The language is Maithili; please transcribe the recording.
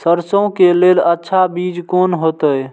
सरसों के लेल अच्छा बीज कोन होते?